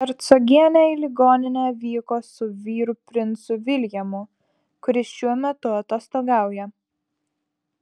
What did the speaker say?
hercogienė į ligoninę vyko su vyru princu viljamu kuris šiuo metu atostogauja